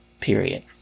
period